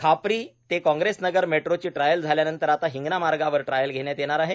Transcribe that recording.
खापरी ते कांग्रेस नगर मेट्रो ची ट्रायल झाल्यानंतर आता हिंगणा मार्गावर ट्रायल घेण्यात येणार आहे